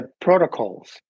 protocols